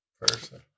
person